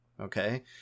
okay